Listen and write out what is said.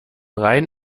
rhein